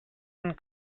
and